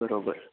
બરોબર